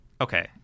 Okay